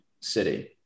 city